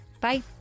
Bye